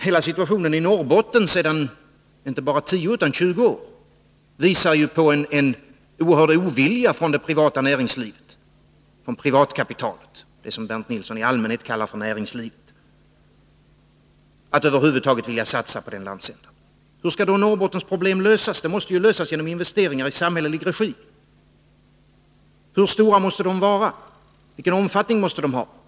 Hela situationen i Norrbotten sedan inte bara 10 utan 20 år tillbaka visar ju en oerhörd ovilja hos det privata näringslivet, privatkapitalet — det som Bernt Nilsson i allmänhet kallar för näringslivet — att över huvud taget satsa på den landsändan. Hur skall då Norrbottens problem lösas? De måste ju lösas genom investeringar i samhällelig regi. Hur stora måste investeringarna vara och vilken omfattning måste de ha?